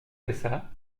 baissa